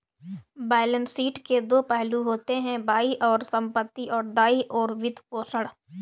balance sheet के दो पहलू होते हैं, बाईं ओर संपत्ति, और दाईं ओर वित्तपोषण